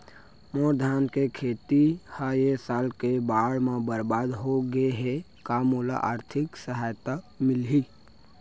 मोर धान के खेती ह ए साल के बाढ़ म बरबाद हो गे हे का मोला आर्थिक सहायता मिलही?